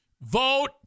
vote